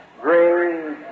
great